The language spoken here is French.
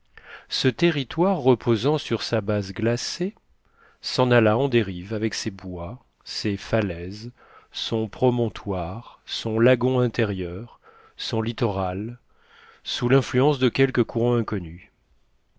ce territoire reposant sur sa base glacée s'en alla en dérive avec ses bois ses falaises son promontoire son lagon intérieur son littoral sous l'influence de quelque courant inconnu